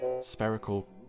spherical